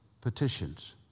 petitions